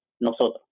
nosotros